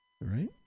right